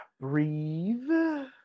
Breathe